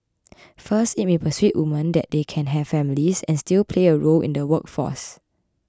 first it may persuade women that they can have families and still play a role in the workforce